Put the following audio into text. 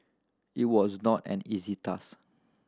it was not an easy task